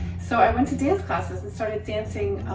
so i went to dance classes and started dancing.